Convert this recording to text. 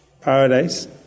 Paradise